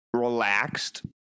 relaxed